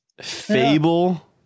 fable